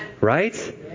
Right